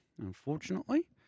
unfortunately